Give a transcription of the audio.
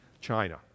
China